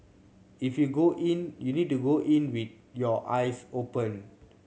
if you go in you need to go in with your eyes open